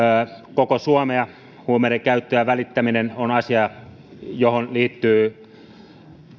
koko suomea huumeiden käyttö ja välittäminen ovat asia johon liittyy